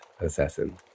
assassin